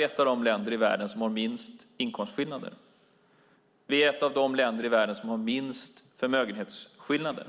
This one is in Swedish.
ett av de länder i världen som har minst inkomstskillnader. Vi är ett av de länder i världen som har minst förmögenhetsskillnader.